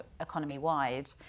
economy-wide